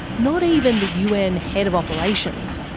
not even the un head of operations,